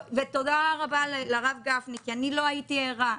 ותודה רבה לרב גפני, כי אני לא הייתי ערה.